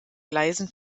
gleisen